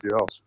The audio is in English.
else